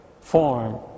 form